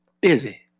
Busy